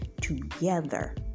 together